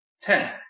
Ten